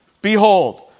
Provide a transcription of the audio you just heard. Behold